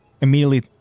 immediately